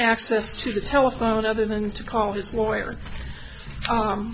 access to the telephone other than to call his lawyer